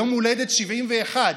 יום הולדת 71,